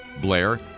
Blair